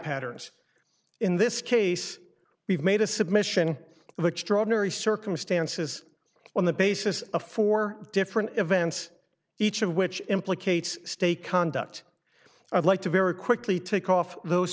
patterns in this case we've made a submission of extraordinary circumstances on the basis of four different events each of which implicates stay conduct i'd like to very quickly take off those